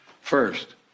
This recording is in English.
First